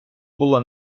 було